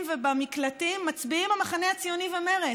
ובמקלטים מצביעים המחנה הציוני ומרצ,